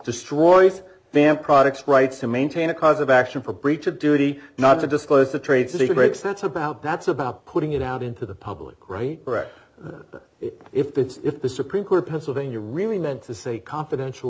destroys them products rights to maintain a cause of action for breach of duty not to disclose the trade secrets that's about that's about putting it out into the public right bret that if it's if the supreme court pennsylvania really meant to say confidential